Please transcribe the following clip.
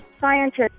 Scientists